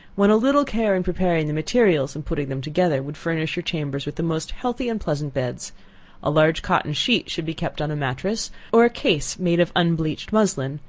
when a little care in preparing the materials, and putting them together would furnish your chambers with the most healthy and pleasant beds a large cotton sheet should be kept on a matress, or a case made of unbleached muslin,